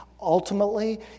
ultimately